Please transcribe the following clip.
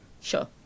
Sure